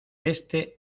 éste